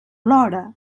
plora